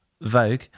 Vogue